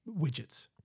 widgets